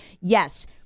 Yes